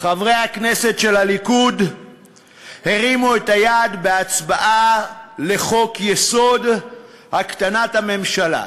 חברי הכנסת של הליכוד הרימו את היד בהצבעה על חוק-יסוד הקטנת הממשלה,